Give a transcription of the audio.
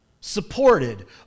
supported